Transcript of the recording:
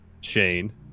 Shane